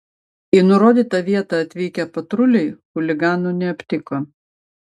į nurodytą vietą atvykę patruliai chuliganų neaptiko